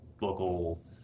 Local